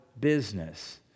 business